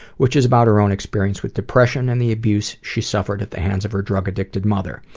which is about her own experience with depression and the abuse she suffered at the hands of her drug-addicted mother.